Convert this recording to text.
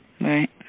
Right